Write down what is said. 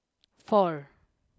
four